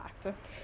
fact